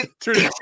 true